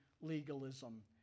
legalism